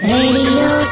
Radio